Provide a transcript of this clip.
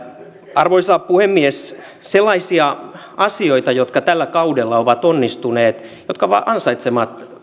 arvoisa puhemies sellaisia asioita jotka tällä kaudella ovat onnistuneet jotka ansaitsevat